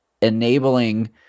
enabling